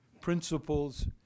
principles